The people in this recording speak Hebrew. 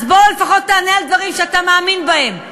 אז בוא לפחות תענה על דברים שאתה מאמין בהם.